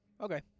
Okay